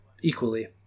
equally